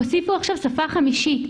תוסיפו עכשיו שפה חמישית.